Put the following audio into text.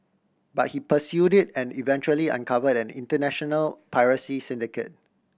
but he pursued it and eventually uncovered an international piracy syndicate